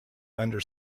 under